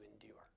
endure